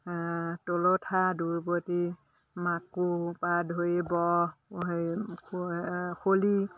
তোলোঠা দুৰপতি মাকো